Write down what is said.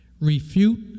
refute